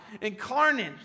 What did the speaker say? incarnate